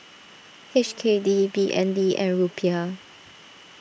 H K D B N D and Rupiah